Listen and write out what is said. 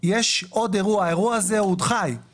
יש עוד אירוע, האירוע הזה הוא עוד חי.